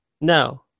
No